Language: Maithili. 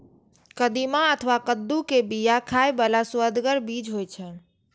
कदीमा अथवा कद्दू के बिया खाइ बला सुअदगर बीज होइ छै